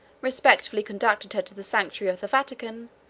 respectfully conducted her to the sanctuary of the vatican,